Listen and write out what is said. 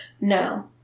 No